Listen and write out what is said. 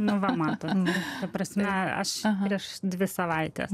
nu va matot ta prasme aš prieš dvi savaites